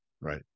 Right